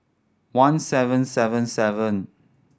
one seven seven seven